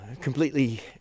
completely